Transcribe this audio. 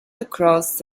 across